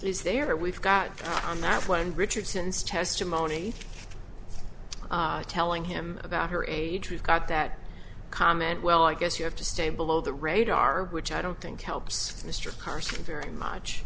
is there we've got on that one and richardson's testimony telling him about her age we've got that comment well i guess you have to stay below the radar which i don't think helps mr carson very much